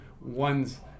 ones